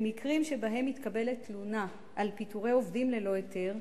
במקרים שבהם מתקבלת תלונה על פיטורי עובדים ללא היתר,